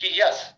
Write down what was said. yes